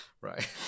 right